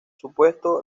supuesto